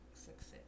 success